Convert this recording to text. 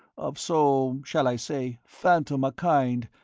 of so, shall i say, phantom a kind,